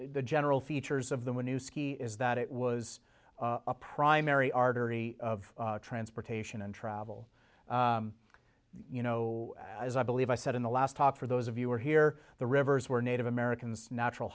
the general features of the new ski is that it was a primary artery of transportation and travel you know as i believe i said in the last top for those of you were here the rivers were native americans natural